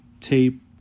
tape